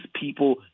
people